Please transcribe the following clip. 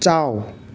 ꯆꯥꯎ